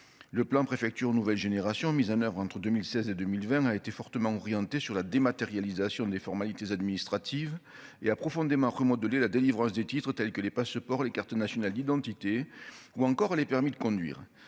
le plan préfectures nouvelle génération mise en oeuvre entre 2016 et 2020, a été fortement orientée sur la dématérialisation des formalités administratives et a profondément remodelé la délivrance des titres tels que les pas ce port les cartes nationales d'identité ou encore les permis de conduire